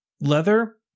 leather